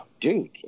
dude